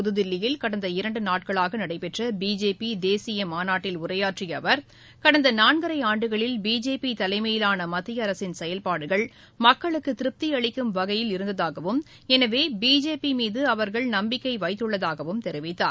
புதுதில்லியில் கடந்த இரண்டு நாட்களாக நடைபெற்ற பிஜேபி தேசிய மாநாட்டில் உரையாற்றிய அவர் கடந்த நான்கரை ஆண்டுகளில் பிஜேபி தலைமையிலான மத்திய அரசின் செயல்பாடுகள் மக்களுக்கு திருப்தியளிக்கும் வகையில் இருந்ததாகவும் எனவே பிஜேபி மீது அவர்கள் நம்பிக்கை வைத்துள்ளதாகவும் தெரிவித்தார்